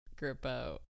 Grippo